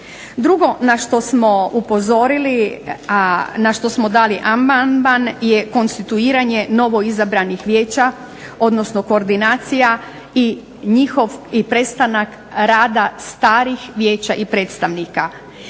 Drugo na što smo upozorili, a na što smo dali amandman je konstituiranje novoizabranih vijeća odnosno koordinacija i njihov i prestanak rada starih vijeća i predstavnika.